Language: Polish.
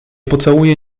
pocałuję